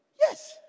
Yes